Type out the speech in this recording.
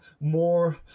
more